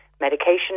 medication